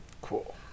Cool